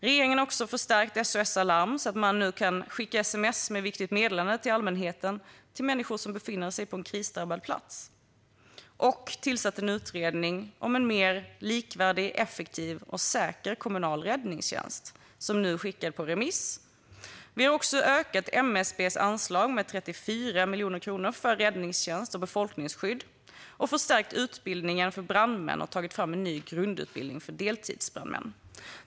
Regeringen har också förstärkt SOS Alarm, så att man nu kan skicka sms med viktigt meddelande till allmänheten specifikt till människor som befinner sig på en krisdrabbad plats. Man har också tillsatt en utredning om en mer likvärdig, effektiv och säker kommunal räddningstjänst. Det betänkandet har nu skickats ut på remiss. Vi har också ökat MSB:s anslag med 34 miljoner kronor för räddningstjänst och befolkningsskydd. Vi har förstärkt utbildningen för brandmän och tagit fram en ny grundutbildning för deltidsbrandmän.